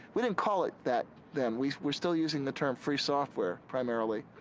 we didn't call it that then. we were still using the term free software primarily.